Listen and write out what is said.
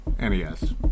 NES